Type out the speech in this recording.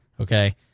okay